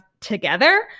together